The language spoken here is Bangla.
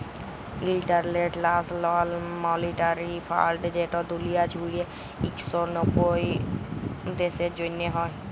ইলটারল্যাশ লাল মালিটারি ফাল্ড যেট দুলিয়া জুইড়ে ইক শ নব্বইট দ্যাশের জ্যনহে হ্যয়